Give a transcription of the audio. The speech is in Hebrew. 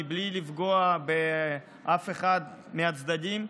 בלי לפגוע באף אחד מהצדדים,